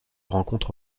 rencontre